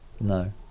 no